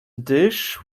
dish